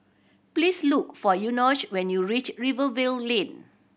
please look for Enoch when you reach Rivervale Lane